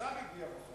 השר הגיע רחוק.